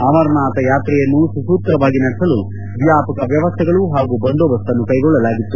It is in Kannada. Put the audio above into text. ಅಮರನಾಥ ಯಾತ್ರೆ ಸುಸೂತ್ರವಾಗಿ ನಡೆಸಲು ವ್ಯಾಪಕ ವ್ಯವಸ್ಟೆಗಳು ಹಾಗೂ ಬಂದೋಬಸ್ ಅನ್ನು ಕೈಗೊಳ್ಳಲಾಗಿತ್ತು